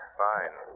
fine